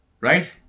Right